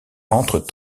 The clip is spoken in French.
entrent